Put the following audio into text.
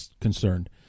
concerned